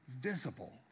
visible